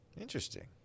Interesting